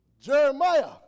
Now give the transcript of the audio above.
Jeremiah